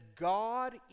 God